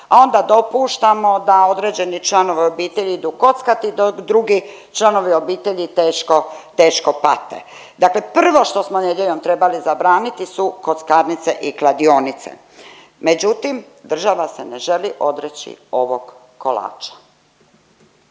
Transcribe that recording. a onda dopuštamo da određeni članovi obitelji idu kockati dok drugi članovi obitelji teško, teško pate. Dakle, prvo što smo nedjeljom trebali zabraniti su kockarnice i kladionice. Međutim, država se ne želi odreći ovog kolača.